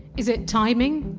is it timing?